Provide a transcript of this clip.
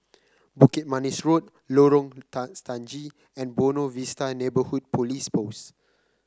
Bukit Manis Road Lorong Stangee and Buona Vista Neighbourhood Police Post